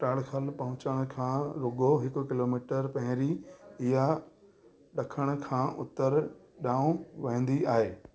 पटाड़कल पहुंचण खां रुगो हिकु किलोमीटर पहिरियों इआ ॾखण खां उत्तर ॾांहुं वहंदी आहे